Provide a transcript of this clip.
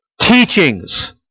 teachings